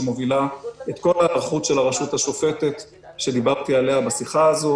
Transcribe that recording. שמובילה את כל ההיערכות של הרשות השופטת שדיברתי עליה בשיחה הזו.